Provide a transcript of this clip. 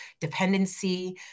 dependency